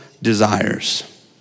desires